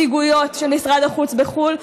נציגויות של משרד החוץ בחו"ל,